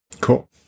Cool